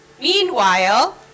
Meanwhile